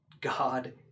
God